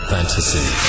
Fantasy